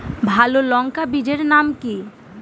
ভালো লঙ্কা বীজের নাম কি?